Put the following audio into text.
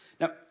Now